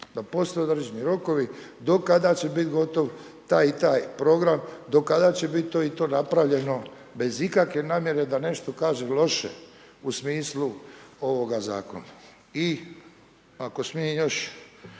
da postoje određeni rokovi do kada će biti gotov taj i taj program, do kada će biti to i to napravljeno bez ikakve namjere da nešto kažem loše u smislu ovoga Zakona. I ako smijem još,